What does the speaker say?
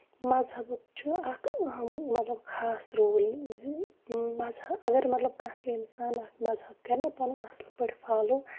مَزہبُک چھُ اکھ اَہم مطلب خاص رول زِ مَزہب اَگر مطلب کانہہ تہِ اِنسان اکھ مَزہب کَرِ نہ پَنُن اَصٕل پٲٹھۍ فالو